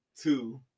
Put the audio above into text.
two